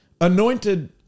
anointed